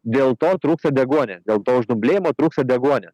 dėl to trūksta deguonies dėl to uždumblėjimo trūksta deguonies